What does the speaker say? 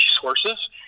sources